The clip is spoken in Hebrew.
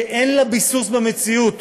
שאין לה ביסוס במציאות,